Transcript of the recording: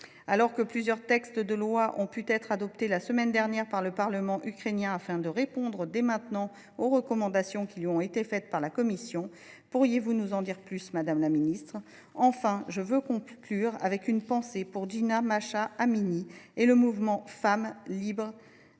Alors que plusieurs textes de loi ont pu être adoptés la semaine dernière par le Parlement ukrainien, afin de répondre dès maintenant aux recommandations qui lui ont été faites par la Commission, pourriez vous nous en dire plus, madame la secrétaire d’État ? Pour conclure, j’ai une pensée pour Jina Mahsa Amini et le mouvement « Femme, Vie,